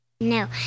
No